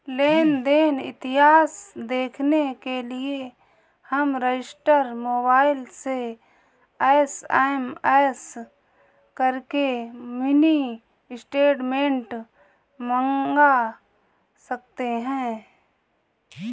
लेन देन इतिहास देखने के लिए हम रजिस्टर मोबाइल से एस.एम.एस करके मिनी स्टेटमेंट मंगा सकते है